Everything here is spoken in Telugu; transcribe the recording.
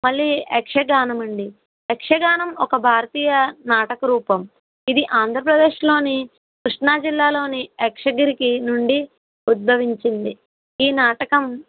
మళ్లీ యక్షగానమండి యక్షగానం ఒక భారతీయ నాటక రూపం ఇది ఆంధ్రప్రదేశ్లోని కృష్ణాజిల్లాలోని యక్షగిరి నుండి ఉద్భవించింది ఈ నాటకం